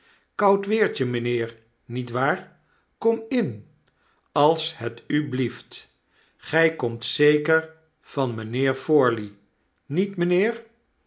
koud weertje mijnheer niet waar kom in als het u blieft xij komt zeker van mijnheer forley met mijnheer niet mijnheer